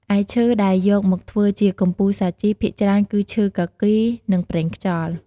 ឯឈើដែលយកមកធ្វើជាកំពូលសាជី ភាគច្រើនគឺ ឈើគគីរ និងប្រេងខ្យល់។